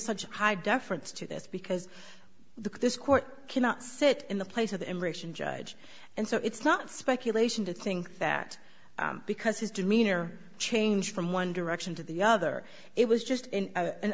such high deference to this because the this court cannot sit in the place of the immigration judge and so it's not speculation to think that because his demeanor changed from one direction to the other it was just an